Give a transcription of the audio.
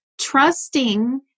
trusting